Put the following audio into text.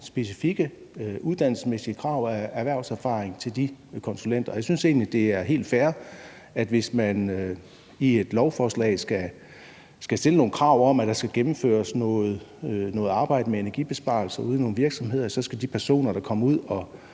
specifikke uddannelsesmæssige krav og krav om erhvervserfaring, og jeg synes egentlig, det er helt fair, at hvis man i et lovforslag skal stille nogle krav om, at der skal gennemføres noget arbejde med energibesparelser ude i nogle virksomheder, så skal de personer, der kommer ud og